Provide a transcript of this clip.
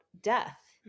death